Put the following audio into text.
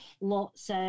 lots